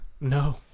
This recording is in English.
no